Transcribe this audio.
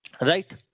Right